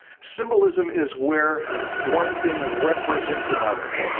symbolism is where one thing represents another